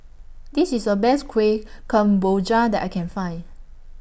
This IS A Best Kuih Kemboja that I Can Find